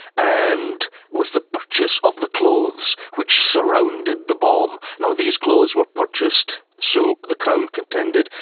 and with the purchase of the clothes which surrounded the bomb. now these clothes were purchased, so the crown contended,